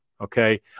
Okay